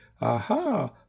Aha